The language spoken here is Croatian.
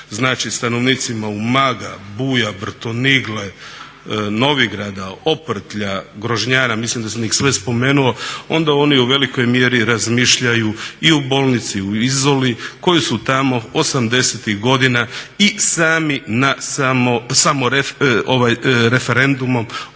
znači stanovnicima Umaga, Buja, Brtunigle, Novigrada, Oprtlja, Grožnjana mislim da sam ih sve spomenuo onda oni u velikoj mjeri razmišljaju i o bolnici u Izoli koju su tamo 80.tih godina i sami na samo, referendumom,